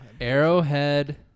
Arrowhead